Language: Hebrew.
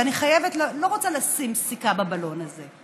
ואני לא רוצה לשים סיכה בבלון הזה,